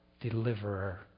Deliverer